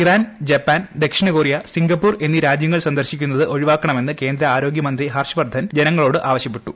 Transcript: Iran Japan ദക്ഷിണ Korea Singapore എന്നീ രാജ്യങ്ങൾ സന്ദർശിക്കുന്നത് ഒഴിവാക്കണമെന്ന് കേന്ദ്ര ആരോഗ്യമന്ത്രി ഹർഷ് വർദ്ധൻ ജനങ്ങളോട് ആവശ്യപ്പെട്ടു